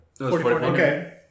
Okay